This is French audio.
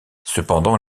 cependant